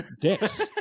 dicks